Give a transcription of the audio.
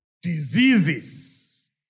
Diseases